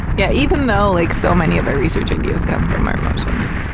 yeah even though like so many of our research ideas come from our emotions,